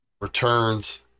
returns